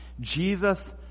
jesus